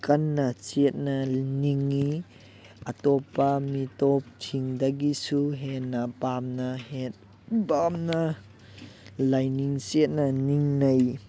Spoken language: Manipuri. ꯀꯟꯅ ꯆꯦꯠꯅ ꯅꯤꯡꯉꯤ ꯑꯇꯣꯞꯄ ꯃꯤꯇꯣꯞ ꯁꯤꯡꯗꯒꯤꯁꯨ ꯍꯦꯟꯅ ꯄꯥꯝꯅ ꯄꯥꯝꯅ ꯂꯥꯏꯅꯤꯡ ꯆꯦꯠꯅ ꯅꯤꯡꯅꯩ